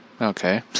okay